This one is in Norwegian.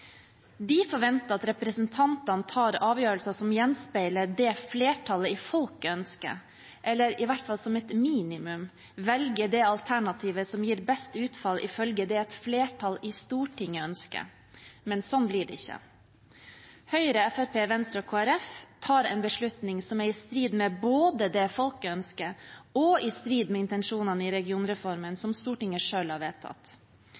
De forventer at representantene tar avgjørelser som gjenspeiler det flertallet i folket ønsker, eller i hvert fall som et minimum velger det alternativet som gir best utfall ifølge det et flertall i Stortinget ønsker. Men slik blir det ikke. Høyre, Fremskrittspartiet, Venstre og Kristelig Folkeparti tar en beslutning som både er i strid med det folket ønsker, og i strid med intensjonene i regionreformen, som Stortinget selv har vedtatt.